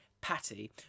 Patty